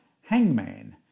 hangman